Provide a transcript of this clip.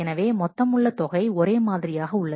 எனவே மொத்தம் உள்ள தொகை ஒரே மாதிரியாக உள்ளது